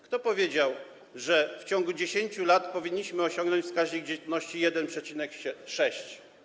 Kto powiedział, że w ciągu 10 lat powinniśmy osiągnąć wskaźnik dzietności 1,6?